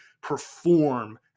Perform